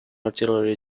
artillery